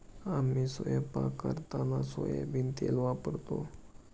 आम्ही स्वयंपाक करताना सोयाबीन तेल वापरतो